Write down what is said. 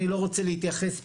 אני לא רוצה להתייחס פה,